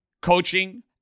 Coaching